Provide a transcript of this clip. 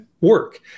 work